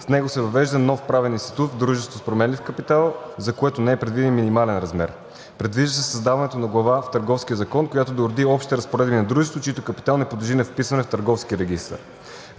С него се въвежда нов правен институт на дружество с променлив капитал, за което не е предвиден минимален размер. Предвижда се създаването на глава в Търговския закон, която да уреди общите разпоредби на дружеството, чийто капитал не подлежи на вписване в Търговския регистър.